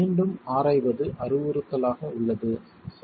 மீண்டும் ஆராய்வது அறிவுறுத்தலாக உள்ளது சரி